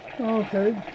Okay